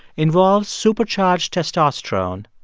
involves supercharged testosterone,